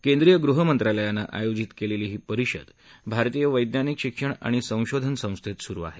केंद्रीय गृहमंत्रालयानं आयोजित केलेली ही परिषद भारतीय वैज्ञानिक शिक्षण आणि संशोधन संस्थेत सुरु आहे